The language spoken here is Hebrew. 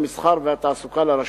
המסחר והתעסוקה לרשות.